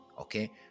Okay